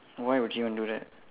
why would you want do that